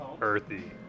Earthy